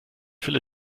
fülle